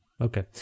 Okay